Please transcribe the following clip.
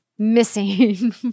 missing